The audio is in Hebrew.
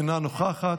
אינה נוכחת,